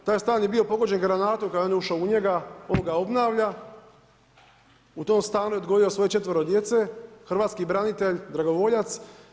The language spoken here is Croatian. Taj stan je bio pogođen granatom kada je on ušao u njega, on ga obnavlja, u tom stanu odgojio je svoje četvero djece, hrvatski branitelj, dragovoljac.